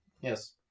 Yes